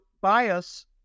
bias